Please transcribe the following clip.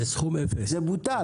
זה בוטל.